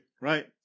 Right